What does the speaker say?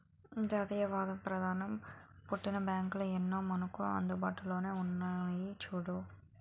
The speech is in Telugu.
జాతీయవాదం ప్రధానంగా పుట్టిన బ్యాంకులు ఎన్నో మనకు అందుబాటులో ఉన్నాయి చూడు